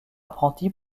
apprenti